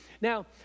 Now